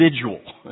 individual